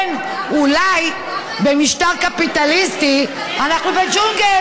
כן, אולי במשטר קפיטליסטי אנחנו בג'ונגל,